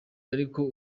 ariko